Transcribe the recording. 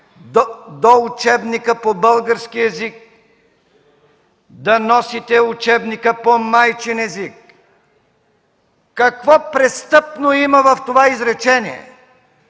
до учебника по български език да носите учебника по майчин език”! Какво престъпно има в това изречение?